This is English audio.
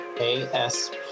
ASP